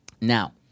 Now